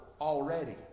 already